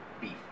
beef